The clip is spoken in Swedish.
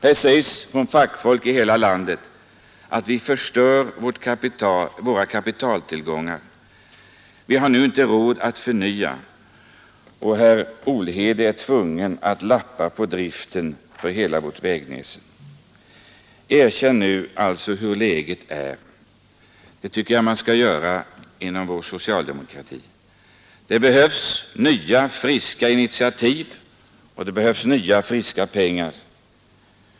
Här sägs av fackfolk i hela landet att vi förstör våra kapitaltillgångar. Vi har nu inte råd att förnya vägarna, och herr Olhede är tvungen att lappa på driften av hela vårt vägväsen. Erkänn nu hurdant läget är! Det tycker jag man skall göra inom vår socialdemokrati. Det behövs nya, friska initiativ och det behövs nya, friska pengar.